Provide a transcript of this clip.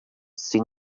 seen